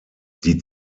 die